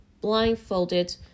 blindfolded